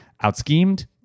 out-schemed